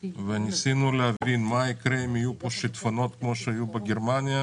וניסינו להבין מה יקרה אם יהיו פה שיטפונות כמו שהיו בגרמניה